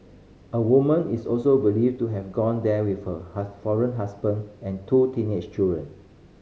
a woman is also believed to have gone there with her foreign husband and two teenage children